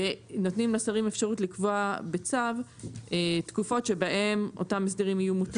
ונותנים לשרים אפשרות לקבוע בצו תקופות שבהם אותם הסדרים יהיו מותרים.